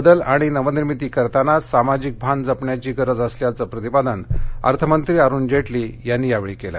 बदल आणि नवनिर्मिती करताना सामाजिक भान जपण्याची गरज असल्याचं प्रतिपादन अर्थमंत्री अरुण जेटली यांनी यावेळी केलं